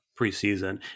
preseason